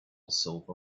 silver